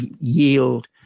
yield